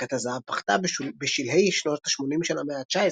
הפקת הזהב פחתה בשלהי שנות ה-80 של המאה ה-19,